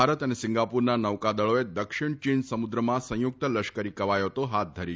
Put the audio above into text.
ભારત અને સિંગાપુરના નૌકાદળોએ દક્ષિણ ચીન સમુદ્રમાં સંયુક્ત લશ્કરી કવાયતો હાથ ધરી છે